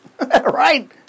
Right